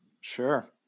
sure